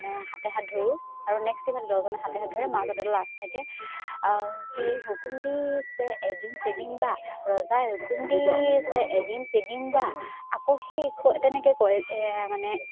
হাতে হাত ধৰোঁ আৰু নেক্সট ইফালে দহজনে হাতে হাত ধৰে মাজতে এডাল আঁচ থাকে কি শুকুম দিছে এডিম চেডিম বা ৰজাই শুকুম দিছে এডিম চেডিম বা আকৌ সেই ক তেনেকৈ কয় মানে